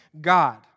God